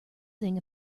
thing